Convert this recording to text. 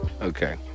Okay